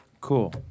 Cool